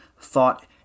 thought